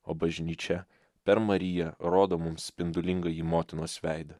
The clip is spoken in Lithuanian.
o bažnyčia per mariją rodo mums spindulingąjį motinos veidą